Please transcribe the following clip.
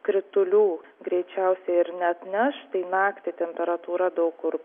kritulių greičiausiai ir neatneš tai naktį temperatūra daug kur